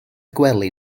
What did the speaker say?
gwely